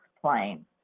plane